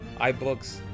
iBooks